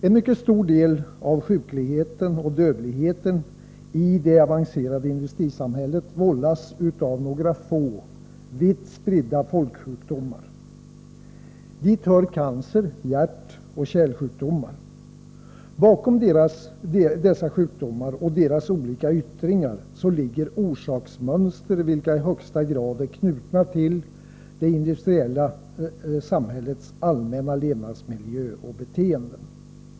En mycket stor del av sjukligheten och dödligheten i det avancerade industrisamhället vållas av några få, vitt spridda folksjukdomar. Dit hör cancer-, hjärtoch kärlsjukdomarna. Bakom dessa sjukdomar i deras olika yttringar ligger orsaksmönster, vilka i högsta grad är knutna till det industriella samhällets allmänna levnadsmiljö och beteenden.